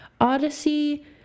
Odyssey